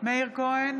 מאיר כהן,